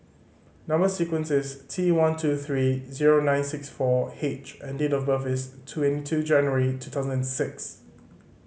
number sequence is T one two three zero nine six four H and date of birth is twenty two January two thousand and six